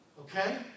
Okay